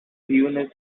buenos